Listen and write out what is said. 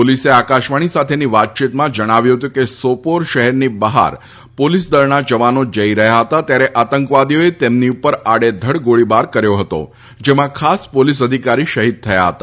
પોલીસે આકાશવાણી સાથેની વાતચીતમાં જણાવ્યું હતું કે સોપોર શહેરની બહાર પોલીસ દળના જવાનો જઈ રહ્યા હતા ત્યારે આતંકવાદીઓએ તેમની ઉપર આડેધડ ગોળીબાર કર્યો હતો જેમાં ખાસ પોલીસ અધિકારી શહિદ થયા હતા